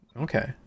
Okay